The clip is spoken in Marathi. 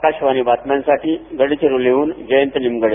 आकाशवाणी बातम्यांसाठी गडचिरोलीहून जयंत निमगडे